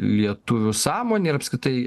lietuvių sąmonėj ir apskritai